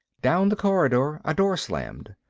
down the corridor a door slammed.